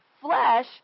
flesh